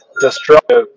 destructive